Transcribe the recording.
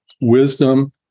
wisdom